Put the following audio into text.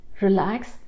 relax